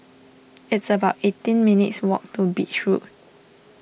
it's about eighteen minutes walk to Beach Road